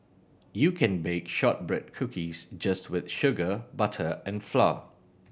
you can bake shortbread cookies just with sugar butter and flour